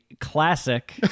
classic